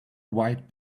white